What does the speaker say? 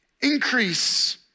Increase